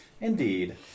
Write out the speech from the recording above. Indeed